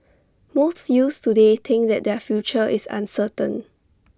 most youths today think that their future is uncertain